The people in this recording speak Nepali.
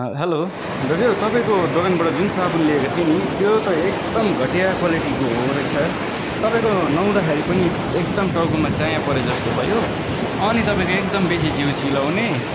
ह हेलो दाजु तपाईँको दोकानबाट जुन साबुन लिएको थिएँ नि त्यो त एकदम घटिया क्वालिटीको हो रहेछ तपाईँको नुहाउँदाखेरि पनि एकदम टाउकोमा चाया परे जस्तो भयो अनि तपाईँको एकदम बेसी जिउ चिलाउने